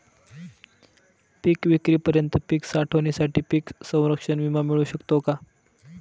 पिकविक्रीपर्यंत पीक साठवणीसाठी पीक संरक्षण विमा मिळू शकतो का?